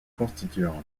constituante